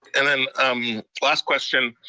and then last question,